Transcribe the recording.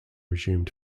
resumed